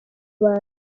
abantu